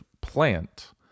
plant